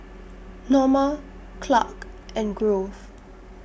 Norma Clark and Grove